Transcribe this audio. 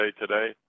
today